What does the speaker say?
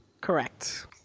Correct